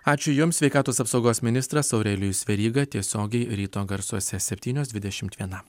ačiū jums sveikatos apsaugos ministras aurelijus veryga tiesiogiai ryto garsuose septynios dvidešimt viena